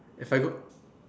if I go